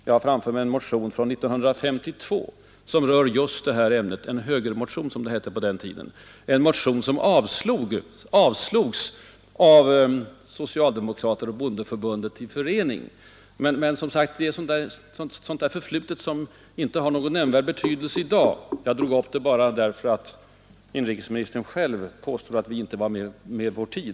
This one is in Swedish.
Jag har framför mig en motion från 1952 som rör just detta ämne — en högermotion, som det hette på den tiden. Den motionen avslogs av socialdemokraterna och bondeförbundet i förening. Men detta tillhör det förflutna och har inte någon nämnvärd betydelse i dag. Jag drog upp det bara därför att inrikesministern påstod att vi inte var ute i tid.